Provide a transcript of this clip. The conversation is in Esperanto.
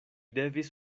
devis